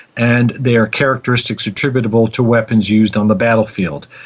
and they are characteristics attributable to weapons used on the battlefield.